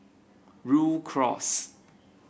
Rhu Cross